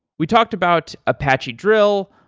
we talked about apache drill,